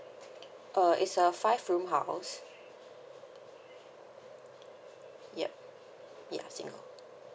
uh it's a five room house yup yes